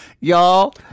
Y'all